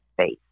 space